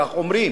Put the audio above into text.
כך אומרים,